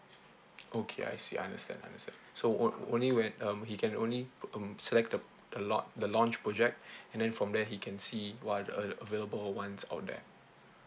okay I see understand understand so on~ only when um he can only um select the a lot the launch project and then from there he can see what are the a~ available ones out there